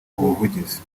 ubuvugizi